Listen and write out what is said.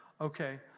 okay